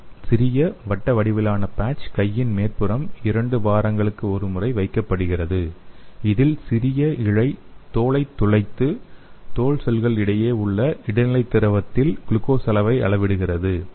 ஒரு சிறிய வட்ட வடிவ பேட்ச் கையின் மேல்புறம் இரண்டு வாரங்களுக்கும் ஒரு முறை வைக்கப்படுகிறது இதில் சிறிய இழை தோலைத் துளைத்து தோல் செல்கள் இடையே உள்ள இடைநிலை திரவத்தில் குளுக்கோஸ் அளவை அளவிடுகிறது